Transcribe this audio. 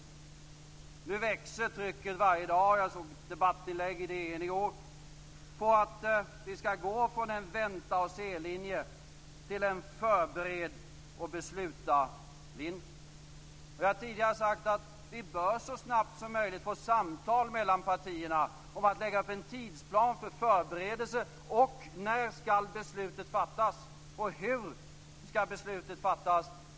Nu växer trycket varje dag - jag såg ett debattinlägg i DN i går - på att vi skall gå från en vänta-och-se-linje till en förbered-och-besluta-linje. Jag har tidigare sagt att vi bör så snabbt som möjligt få samtal mellan partierna om att lägga upp en tidsplan för förberedelse av när beslutet skall fattas och hur beslutet skall fattas.